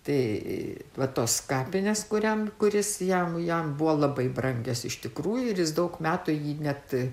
tai vat tos kapinės kuriam kuris jam jam buvo labai brangios iš tikrųjų ir jis daug metų jį net